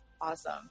awesome